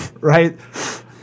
right